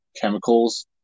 chemicals